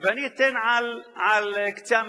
ואני אתן על קצה המזלג,